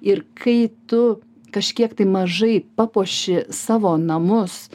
ir kai tu kažkiek tai mažai papuoši savo namus